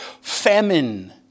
famine